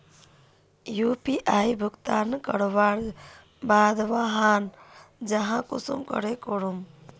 UPI भुगतान करवार बाद वहार जाँच कुंसम करे करूम?